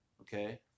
Okay